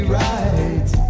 right